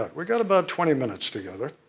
ah we've got about twenty minutes together.